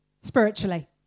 spiritually